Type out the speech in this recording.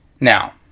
Now